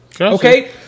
Okay